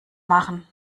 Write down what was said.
machen